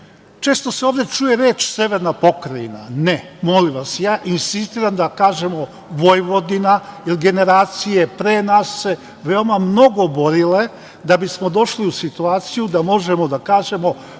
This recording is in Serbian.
Često se ovde čuje reč „severna Pokrajina“. Ne. Molim vas, ja insistiram da kažemo Vojvodina, jer generacije pre nas su se veoma mnogo borile da bi smo došli u situaciju da možemo da kažemo